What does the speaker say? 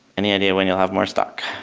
any idea when you'll have more stock?